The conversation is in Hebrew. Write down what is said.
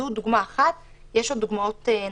זאת דוגמה אחת ויש דוגמאות נוספות.